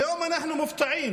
היום אנחנו מופתעים